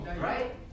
Right